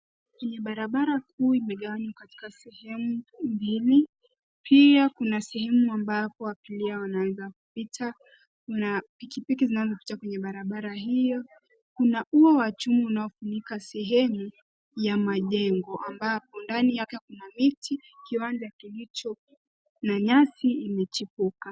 Hii ni barabara kuu imegawanywa katika sehemu mbili. Pia kuna sehemu ambapo abiria wanaweza kupita na pikipiki zinazopita kwenye barabara hiyo. Kuna ua wa chuma unaofunika sehemu ya majengo ambapo ndani yake kuna viti, kiwanja kilicho na nyasi imechipuka.